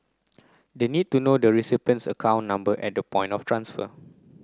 they need to know the recipient's account number at the point of transfer